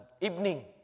evening